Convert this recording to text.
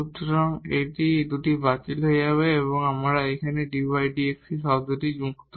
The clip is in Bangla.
সুতরাং এই দুটি বাতিল হয়ে যাবে এবং আমরা এই dydx থেকে শব্দটি মুক্ত